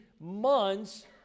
months